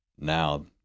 now